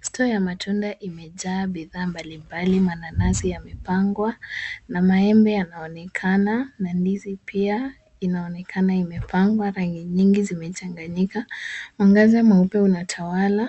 Store ya matunda imejaa bidhaa mbalimbali. Mananasi yamepangwa na maembe yanaonekana na ndizi pia inaonekana imepangwa. Rangi nyingi zimechanganyika. Mwangaza mweupe unatawala.